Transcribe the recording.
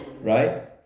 Right